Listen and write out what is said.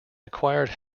acquired